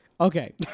okay